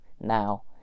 now